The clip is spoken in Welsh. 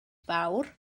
fawr